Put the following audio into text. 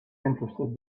interested